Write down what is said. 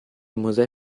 mosè